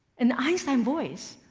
in the einstein voice,